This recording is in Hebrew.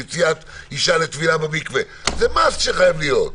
יציאת אישה לטבילה במקווה זה must שחייב להיות.